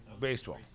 baseball